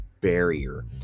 barrier